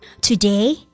Today